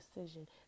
decision